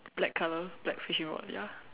black colour black fishing rod ya